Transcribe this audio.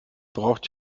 braucht